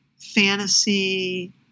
fantasy